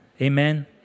Amen